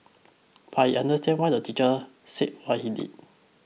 but she understands why the teacher said what he did